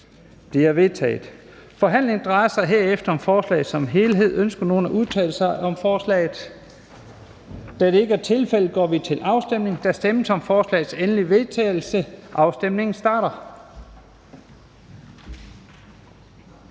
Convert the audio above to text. Lahn Jensen): Forhandlingerne drejer sig derefter om forslaget som helhed. Ønsker nogen at udtale sig om forslaget? Da det ikke er tilfældet, går vi til afstemning. Kl. 11:39 Afstemning Første